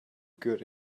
good